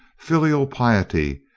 filial piety,